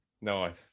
nice